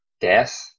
death